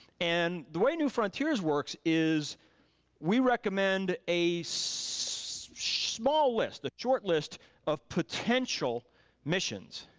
and the way new frontiers works is we recommend a small list, a short list of potential missions